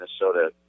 Minnesota